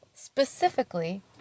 Specifically